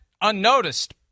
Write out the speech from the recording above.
unnoticed